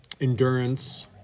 endurance